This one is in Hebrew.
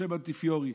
משה מונטיפיורי.